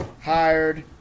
hired